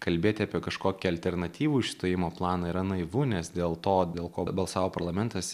kalbėti apie kažkokį alternatyvų išstojimo planą yra naivu nes dėl to dėl ko balsavo parlamentas